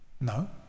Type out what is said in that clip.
No